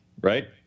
right